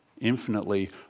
infinitely